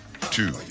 Two